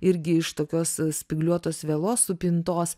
irgi iš tokios spygliuotos vielos supintos